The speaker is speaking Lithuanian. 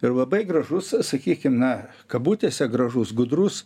ir labai gražus sakykim na kabutėse gražus gudrus